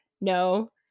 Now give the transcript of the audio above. No